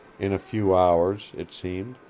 in a few hours, it seemed,